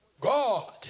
God